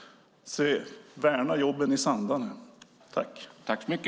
Värna jobben i Sandarne!